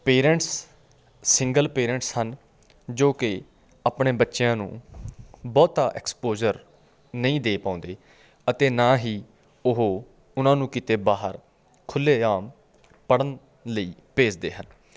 parents single parents ਹਨ ਜੋ ਕਿ ਆਪਣੇ ਬੱਚਿਆਂ ਨੂੰ ਬਹੁਤਾ ਐਕਸਪੋਜ਼ਰ ਨਹੀਂ ਦੇ ਪਾਉਂਦੇ ਅਤੇ ਨਾ ਹੀ ਉਹ ਉਹਨਾਂ ਨੂੰ ਕਿਤੇ ਬਾਹਰ ਖੁੱਲ੍ਹੇ ਆਮ ਪੜ੍ਹਨ ਲਈ ਭੇਜਦੇ ਹਨ